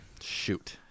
shoot